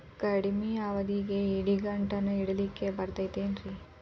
ಕಡಮಿ ಅವಧಿಗೆ ಇಡಿಗಂಟನ್ನು ಇಡಲಿಕ್ಕೆ ಬರತೈತೇನ್ರೇ?